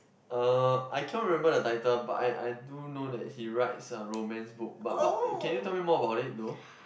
uh I can't remember the title but I I do know that he write some romance book but what can you tell me more about it though